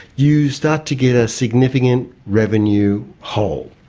you start to get a significant revenue hole.